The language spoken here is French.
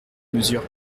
mesure